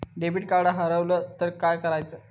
Debit card हरवल तर काय करायच?